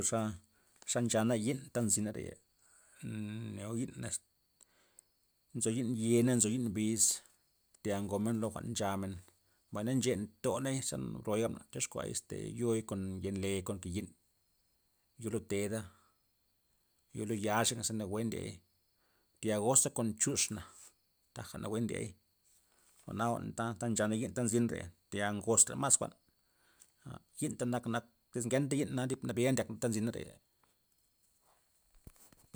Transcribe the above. Xa xa nchana yi'nta nzyna reya, mneo yi'n es, nzo yi'n ye' na nzo yi'n biz, tayal komen lo jwa'n nchamen mbay na nche ntoney ze nbroy gabna tyoxkua este yo'i kon yen'le kon ke' yi'n, yo lud teda' yo lud yaxa' naza nawue ndiey tayal goza kon chux na, taja nawue ndiey, jwa'na jwa'n ta- ta nchana yi'n ta nzyna teya teyal kozra mas jwa'na yi'nta nak- nak tyz ngenta yi'na din nabya ndyakna ta nzyna reya.